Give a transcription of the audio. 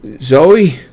Zoe